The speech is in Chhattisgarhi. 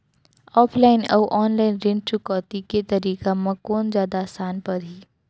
ऑफलाइन अऊ ऑनलाइन ऋण चुकौती के तरीका म कोन जादा आसान परही?